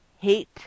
hate